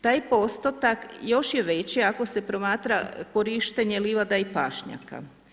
Taj postotak još je veći ako se promatra korištenje livada i pašnjaka.